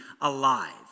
alive